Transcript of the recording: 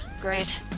Great